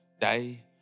day